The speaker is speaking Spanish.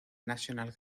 national